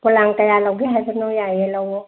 ꯄꯣꯂꯥꯡ ꯀꯌꯥ ꯂꯧꯒꯦ ꯍꯥꯏꯕꯅꯣ ꯌꯥꯏꯌꯦ ꯂꯧꯋꯣ